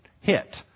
hit